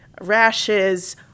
rashes